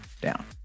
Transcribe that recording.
down